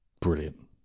Brilliant